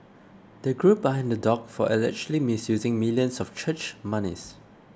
the group are in the dock for allegedly misusing millions of church monies